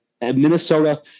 Minnesota